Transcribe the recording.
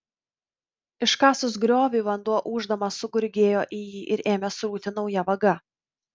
iškasus griovį vanduo ūždamas sugurgėjo į jį ir ėmė srūti nauja vaga